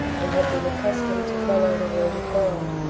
and had been accustomed to follow the word of god.